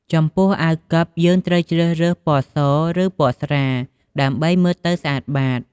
ចំពោះអាវកិបយើងត្រូវជ្រើសរើសពណ៌ស ឬពណ៌ស្រាល ដើម្បីមើលទៅស្អាតបាត។